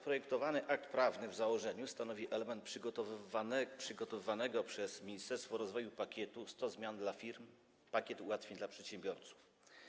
Projektowany akt prawny w założeniu stanowi element przygotowywanego przez Ministerstwo Rozwoju pakietu „100 zmian dla firm - Pakiet ułatwień dla przedsiębiorców”